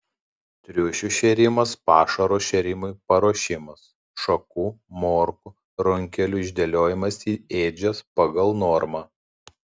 triušių šėrimas pašaro šėrimui paruošimas šakų morkų runkelių išdėliojimas į ėdžias pagal normą